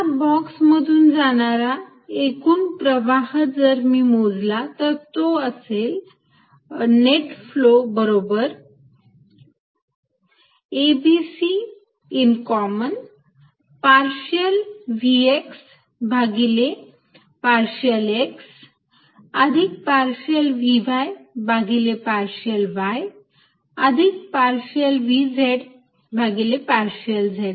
या बॉक्स मधून जाणारा एकूण प्रवाह जर मी मोजला तर तो असेल नेट फ्लो बरोबर abc पार्शियल Vx भागिले पार्शियल x अधिक पार्शियल Vy भागिले पार्शियल y अधिक पार्शियल Vz भागिले पार्शियल z